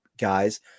guys